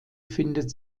findet